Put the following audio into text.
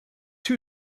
two